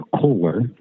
cooler